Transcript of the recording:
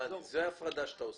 זו ההפרדה שאתה עושה.